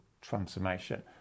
transformation